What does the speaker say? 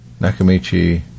Nakamichi